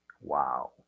Wow